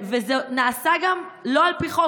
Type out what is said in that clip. וזה גם נעשה שלא על פי חוק.